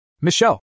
Michelle